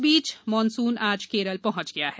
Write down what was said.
इस बीच मानसून आज केरल पहुंच गया है